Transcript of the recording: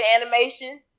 animation